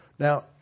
Now